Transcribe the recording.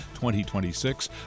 2026